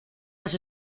las